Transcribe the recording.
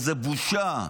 זו בושה.